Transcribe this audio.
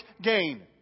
gain